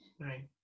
right